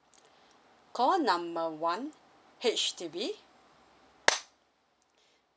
call number one H_D_B